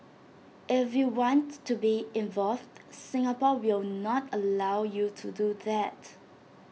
if you want to be involved Singapore will not allow you to do that